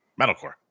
Metalcore